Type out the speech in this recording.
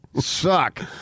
Suck